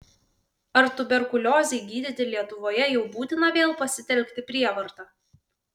ar tuberkuliozei gydyti lietuvoje jau būtina vėl pasitelkti prievartą